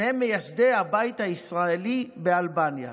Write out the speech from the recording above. שניהם מייסדי הבית הישראלי באלבניה.